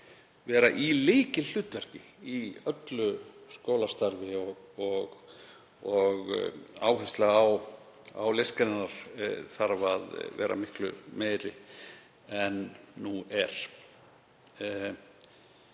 vera í lykilhlutverki í öllu skólastarfi og áhersla á listgreinarnar þarf að vera miklu meiri en nú er.